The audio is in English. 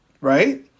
right